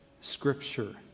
Scripture